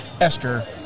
Esther